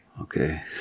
Okay